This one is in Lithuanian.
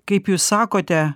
kaip jūs sakote